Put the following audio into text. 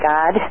God